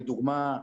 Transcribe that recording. לדוגמא,